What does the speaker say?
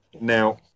Now